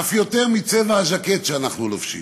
אף יותר מצבע הז'קט שאנחנו לובשים.